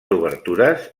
obertures